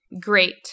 Great